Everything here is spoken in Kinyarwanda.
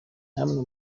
namwe